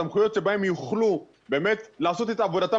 סמכויות שהם יוכלו באמת לעשות את מלאכתם